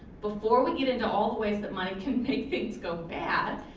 before we get into all the ways that money can make things go bad,